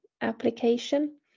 application